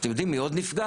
אתם יודעים מי עוד נפגע?